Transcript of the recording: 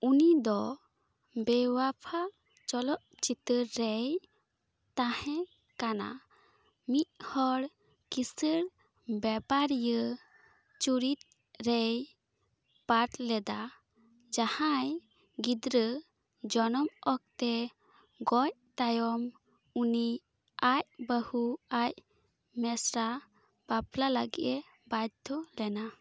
ᱩᱱᱤ ᱫᱚ ᱵᱮᱵᱟᱯᱷᱟ ᱪᱚᱞᱚᱛ ᱪᱤᱛᱟᱹᱨ ᱨᱮᱭ ᱛᱟᱦᱮᱸ ᱠᱟᱱᱟ ᱢᱤᱫ ᱦᱚᱲ ᱠᱤᱥᱟᱹᱬ ᱵᱮᱯᱟᱨᱤᱭᱟᱹ ᱪᱩᱨᱤᱛ ᱨᱮᱭ ᱯᱟᱴᱷ ᱞᱮᱫᱟ ᱡᱟᱦᱟᱸᱭ ᱜᱤᱫᱽᱨᱟᱹ ᱡᱚᱱᱚᱢ ᱚᱠᱛᱚ ᱜᱚᱡ ᱛᱟᱭᱚᱢ ᱩᱱᱤ ᱟᱡ ᱵᱟᱹᱦᱩ ᱟᱡ ᱢᱮᱥᱨᱟ ᱵᱟᱯᱞᱟ ᱞᱟᱹᱜᱤᱫ ᱮ ᱵᱟᱫᱽᱫᱷᱚ ᱞᱮᱱᱟ